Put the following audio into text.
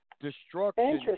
destruction